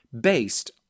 based